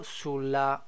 sulla